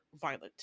violent